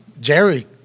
jerry